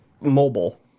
Mobile